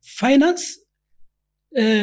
finance